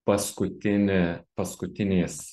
paskutinį paskutiniais